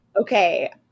Okay